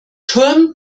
turm